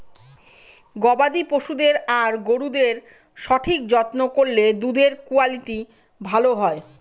গবাদি পশুদের আর গরুদের সঠিক যত্ন করলে দুধের কুয়ালিটি ভালো হয়